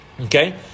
Okay